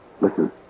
Listen